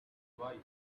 wise